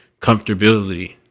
comfortability